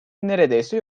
neredeyse